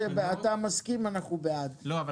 השר יפרסם באתר